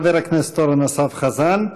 חבר הכנסת אורן אסף חזן,